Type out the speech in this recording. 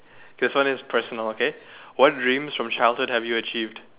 this one is personal okay what dreams from childhood have you achieved